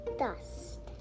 dust